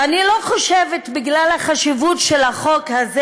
ואני לא חושבת שבגלל החשיבות של החוק הזה